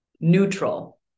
neutral